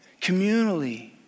communally